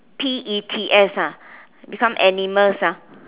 p e t s ah become animals ah